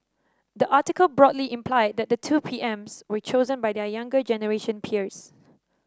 the article broadly implied that the two PM's were chosen by their younger generation peers